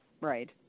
right